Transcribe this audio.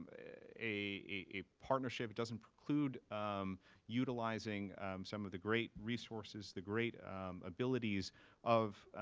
a partnership. it doesn't preclude utilizing some of the great resources, the great abilities of.